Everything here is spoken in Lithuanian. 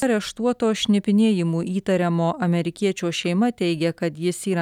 areštuoto šnipinėjimu įtariamo amerikiečio šeima teigia kad jis yra